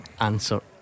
answer